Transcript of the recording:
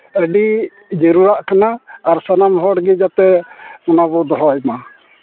ᱟᱹᱰᱤ ᱡᱟᱹᱨᱩᱲᱟᱜ ᱠᱟᱱᱟ ᱟᱨ ᱥᱟᱱᱟᱢ ᱦᱚᱲᱜᱮ ᱡᱟᱛᱮ ᱚᱱᱟᱵᱚ ᱫᱚᱦᱚᱭ ᱢᱟ